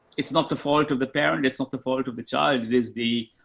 it's not the fault of the parent, it's not the fault of the child. it is the,